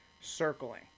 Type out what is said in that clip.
Circling